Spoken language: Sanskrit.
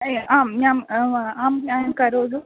अय् आम् म्यां नाम आं म्यां करोतु